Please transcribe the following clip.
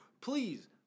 Please